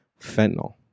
fentanyl